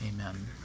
Amen